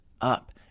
up